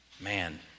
Man